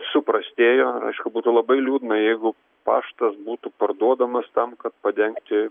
suprastėjo aišku būtų labai liūdna jeigu paštas būtų parduodamas tam kad padengti